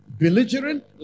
belligerent